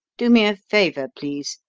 do me a favour, please.